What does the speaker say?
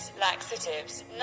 laxatives